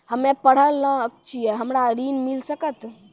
हम्मे पढ़ल न छी हमरा ऋण मिल सकत?